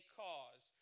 cause